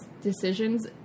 decisions